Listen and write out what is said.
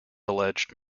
alleged